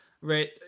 right